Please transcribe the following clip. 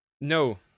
No